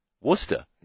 Worcester